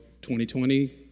2020